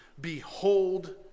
behold